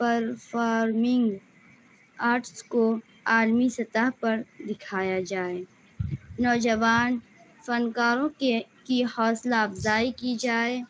performing arts کو عالمی سطح پر دکھایا جائے نوجوان فنکاروں کے کی حوصلہ افزائی کی جائے